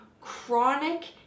chronic